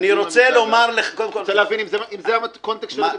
אני רוצה להבין אם זה הקונטקסט של הדיון.